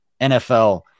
NFL